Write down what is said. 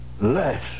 less